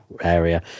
area